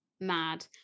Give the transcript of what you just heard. mad